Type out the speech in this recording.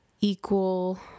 equal